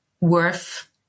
Worth